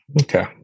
Okay